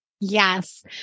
Yes